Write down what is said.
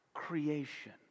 Creation